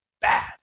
bad